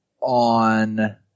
on